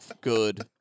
good